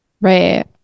Right